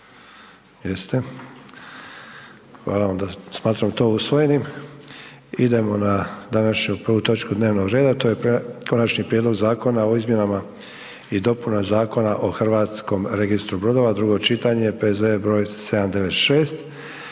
Hvala vam. Da, smatramo to usvojenim. Idemo na današnju prvu točku dnevnog reda, to je: - Konačni prijedlog zakona o izmjenama i dopunama Zakona o Hrvatskom registru brodova, drugo čitanje, P.Z. br. 796.